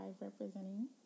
representing